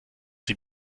sie